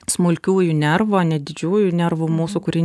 smulkiųjų nervų o ne didžiųjų nervų mūsų kuri